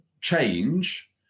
change